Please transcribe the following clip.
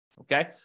okay